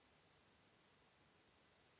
Hvala